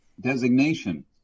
designation